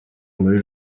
muri